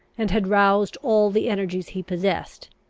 and had roused all the energies he possessed,